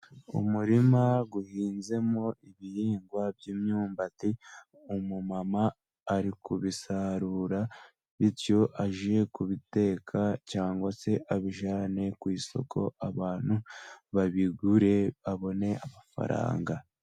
Umurima uhinzemo ibihingwa by'imyumbati, umumama ari kubisarura, bityo aje kubiteka cyangwa se abijyane ku isoko abantu babigure abone amafaranga.